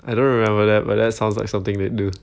I don't remember that but that sounds like something they'd do